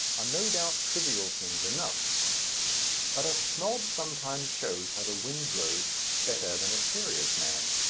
are no doubt trivial things enough but a snob sometimes shows how the wind blows better than a serious man.